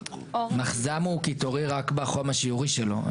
מחז"ם הוא קיטורי רק בחום השיורי שלו.